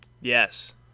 Yes